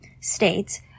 states